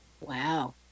wow